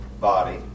body